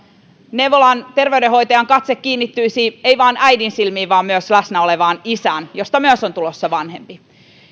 neuvolan terveydenhoitajan katse kiinnittyisi ei vain äidin silmiin vaan myös läsnä olevaan isään josta myös on tulossa vanhempi